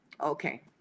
Okay